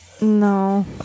no